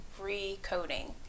recoding